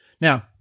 Now